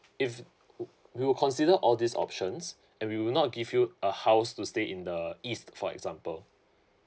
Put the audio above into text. if we'll consider all these options and we will not give you a house to stay in the east for example